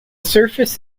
surface